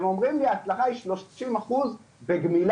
והם אמרו לי שההצלחה היא 30 אחוזים בגמילה,